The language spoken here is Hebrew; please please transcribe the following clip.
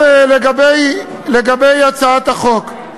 לגבי הצעת החוק,